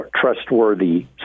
trustworthy